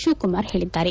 ಶಿವಕುಮಾರ್ ಹೇಳಿದ್ದಾರೆ